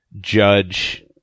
judge